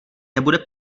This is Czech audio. nebude